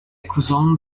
cousin